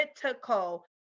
critical